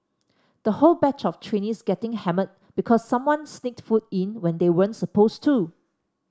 the whole batch of trainees getting hammered because someone sneaked food in when they weren't supposed to